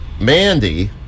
Mandy